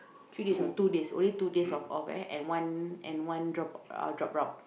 three days or two days only two days of off right and one and one drop uh drop route